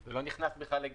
נכון.